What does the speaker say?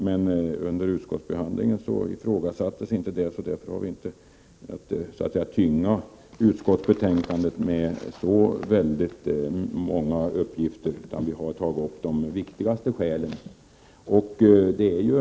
Men under utskottsbehandlingen ifrågasattes inte detta, varför vi inte velat tynga utskottsbetänkandet med så väldigt många uppgifter. Men de viktigaste skälen har tagits upp.